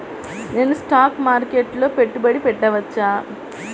నేను స్టాక్ మార్కెట్లో పెట్టుబడి పెట్టవచ్చా?